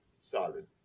solid